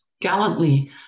gallantly